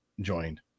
joined